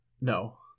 no